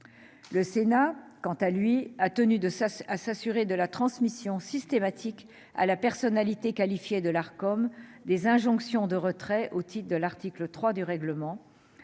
Le Sénat, quant à lui, a tenu à s'assurer de la transmission systématique à la personnalité qualifiée de l'Arcom des injonctions de retrait au titre de l'article 4 du règlement,